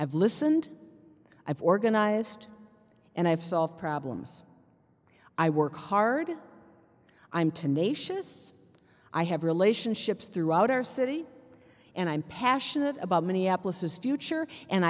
i've listened i've organized and i've solve problems i work hard i'm tenacious i have relationships throughout our city and i'm passionate about minneapolis future and